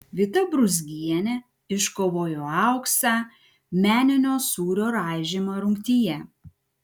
vita brūzgienė iškovojo auksą meninio sūrio raižymo rungtyje